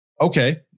Okay